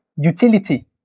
utility